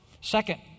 Second